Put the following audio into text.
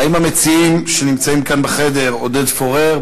האם המציעים שנמצאים כאן בחדר, עודד פורר,